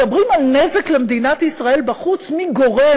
מדברים על נזק למדינת ישראל בחוץ, מי גורם?